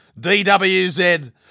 DWZ